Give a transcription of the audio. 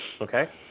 okay